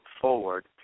forward